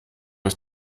ist